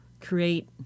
create